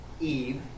Eve